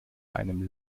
einem